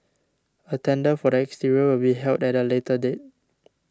a tender for the exterior will be held at a later date